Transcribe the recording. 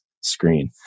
screen